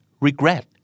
regret